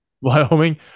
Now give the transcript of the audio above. Wyoming